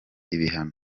ibihano